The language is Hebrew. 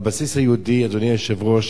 והבסיס היהודי, אדוני היושב-ראש,